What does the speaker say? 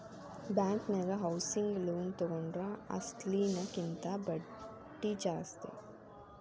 ಬ್ಯಾಂಕನ್ಯಾಗ housing loan ತಗೊಂಡ್ರ ಅಸ್ಲಿನ ಕಿಂತಾ ಬಡ್ದಿ ಜಾಸ್ತಿ